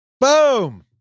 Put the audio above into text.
boom